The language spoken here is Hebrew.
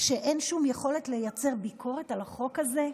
שאין שום יכולת לייצר ביקורת על החוק הזה?